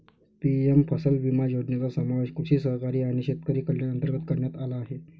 PM फसल विमा योजनेचा समावेश कृषी सहकारी आणि शेतकरी कल्याण अंतर्गत करण्यात आला आहे